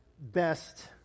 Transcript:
Best